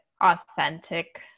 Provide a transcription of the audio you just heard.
authentic